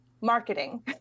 marketing